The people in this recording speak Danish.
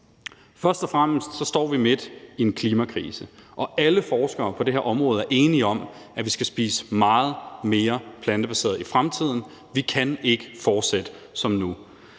Først og fremmest står vi midt i en klimakrise, og alle forskere på det her område er enige om, at vi skal spise meget mere plantebaseret i fremtiden. Vi kan ikke fortsætte som nu.